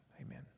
amen